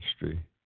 history